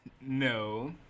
No